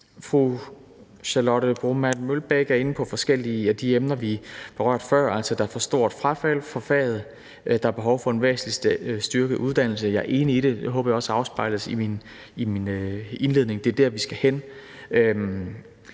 Fru Charlotte Broman Mølbæk er inde på forskellige af de emner, vi berørte før, altså at der er et for stort frafald fra faget, og at der er behov for en væsentlig styrket uddannelse. Jeg er enig i det, og det håber jeg også afspejledes i min indledning. Det er der, vi skal hen